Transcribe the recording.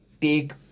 take